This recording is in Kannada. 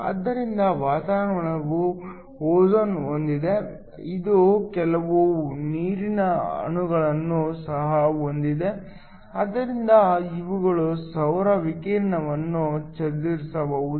ಆದ್ದರಿಂದ ವಾತಾವರಣವು ಓಜೋನ್ ಹೊಂದಿದೆ ಇದು ಕೆಲವು ನೀರಿನ ಅಣುಗಳನ್ನು ಸಹ ಹೊಂದಿದೆ ಆದ್ದರಿಂದ ಇವುಗಳು ಸೌರ ವಿಕಿರಣವನ್ನು ಚದುರಿಸಬಹುದು